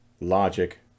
Logic